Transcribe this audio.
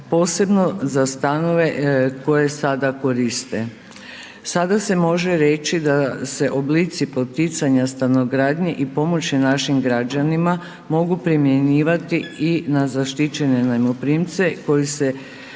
posebno za stanove koje sada koriste. Sada se može reći da se oblici poticanja stanogradnje i pomoći našim građanima mogu primjenjivati i na zaštićene najmoprimce koji će